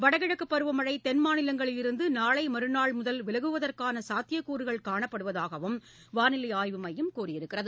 வடகிழக்கு பருவமழை தென்மாநிலங்களிலிருந்து நாளை மறுநாள் விலகுவதற்கான முதல் சாத்தியக்கூறுகள் காணப்படுவதாகவும் வானிலை ஆய்வு மையம் கூறியுள்ளது